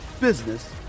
business